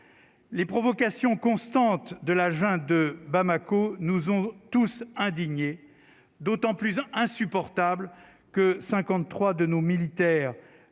les provocations constantes de la junte de Bamako nous on tous indignés d'autant plus en insupportable que 53 de nos militaires